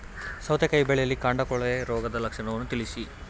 ಸೌತೆಕಾಯಿ ಬೆಳೆಯಲ್ಲಿ ಕಾಂಡ ಕೊಳೆ ರೋಗದ ಲಕ್ಷಣವನ್ನು ತಿಳಿಸಿ?